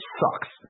sucks